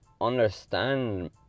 understand